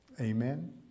Amen